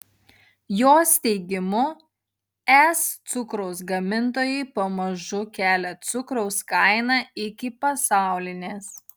jos teigimu es cukraus gamintojai pamažu kelia cukraus kainą iki pasaulinės